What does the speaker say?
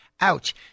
Ouch